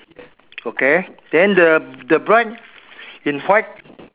okay then the the bride in white